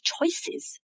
choices